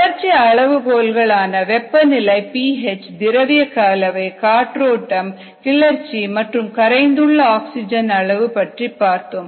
வளர்ச்சி அளவுகோல்கள் ஆன வெப்பநிலை பி ஹெச் திரவிய கலவை காற்றோட்டம் கிளர்ச்சி மற்றும் கரைந்துள்ள ஆக்ஸிஜன் அளவு பற்றி பார்த்தோம்